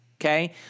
Okay